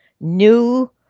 new